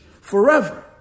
forever